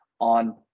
on